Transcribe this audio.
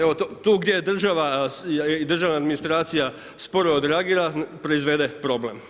Evo, tu gdje je država i državna administracija sporo odreagira proizvede problem.